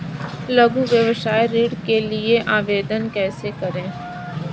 लघु व्यवसाय ऋण के लिए आवेदन कैसे करें?